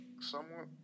Somewhat